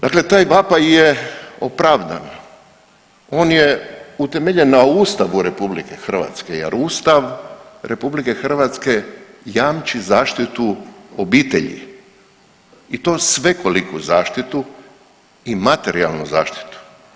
Dakle taj vapaj je opravdan, on je utemeljen na Ustavu RH jer Ustav RH jamči zaštitu obitelji i to svekoliku zaštitu i materijalnu zaštitu.